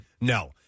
No